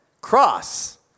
Cross